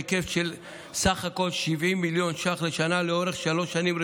בהיקף של 70 מיליון ש"ח לשנה לאורך שלוש שנים רצופות,